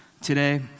today